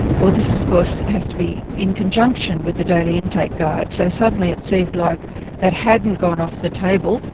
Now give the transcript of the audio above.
well, this of course has to be in conjunction with the daily intake guide', so suddenly it seemed like that hadn't gone off the table.